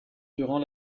durant